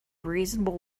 reasonable